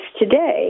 today